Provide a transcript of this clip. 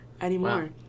anymore